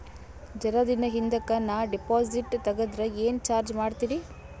ಜರ ದಿನ ಹಿಂದಕ ನಾ ಡಿಪಾಜಿಟ್ ತಗದ್ರ ಏನ ಚಾರ್ಜ ಮಾಡ್ತೀರಿ?